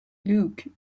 luke